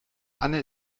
anne